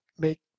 make